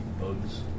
bugs